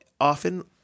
often